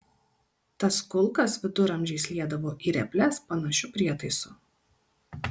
tas kulkas viduramžiais liedavo į reples panašiu prietaisu